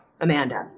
Amanda